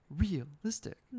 realistic